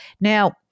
Now